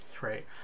right